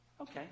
Okay